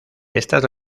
estas